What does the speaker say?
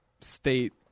state